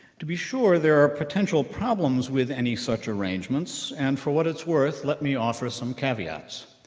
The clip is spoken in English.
to be sure, there are potential problems with any such arrangements. and for what it's worth, let me offer some caveats,